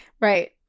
right